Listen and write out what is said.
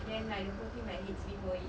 then like the whole team like hates me for it